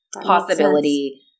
possibility